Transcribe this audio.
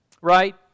right